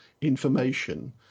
information